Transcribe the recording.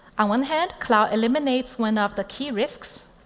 on one hand, cloud eliminates one of the key risks,